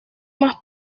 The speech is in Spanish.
más